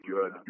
Good